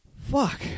fuck